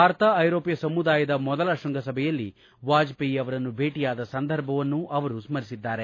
ಭಾರತ ಐರೋಪ್ನ ಸಮುದಾಯದ ಮೊದಲ ಶ್ವಂಗಸಭೆಯಲ್ಲಿ ವಾಜಪೇಯಿ ಅವರನ್ನು ಭೇಟಯಾದ ಸಂದರ್ಭವನ್ನು ಅವರು ಸ್ಕರಿಸಿದ್ದಾರೆ